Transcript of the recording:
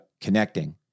connecting